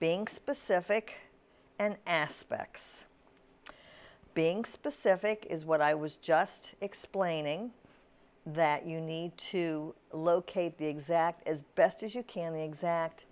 being specific and aspects being specific is what i was just explaining that you need to locate the exact as best as you can the exact